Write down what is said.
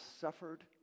suffered